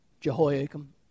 Jehoiakim